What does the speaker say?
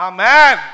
Amen